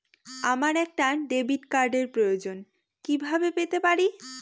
আমার একটা ডেবিট কার্ডের প্রয়োজন কিভাবে পেতে পারি?